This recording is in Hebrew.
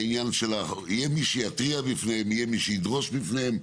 שיהיה מי שיתריע וידרוש בפניהם,